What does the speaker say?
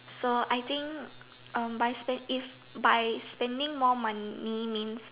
so I think um by spend if by spending more money means